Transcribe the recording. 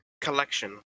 Collection